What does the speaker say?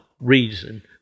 reason